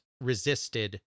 resisted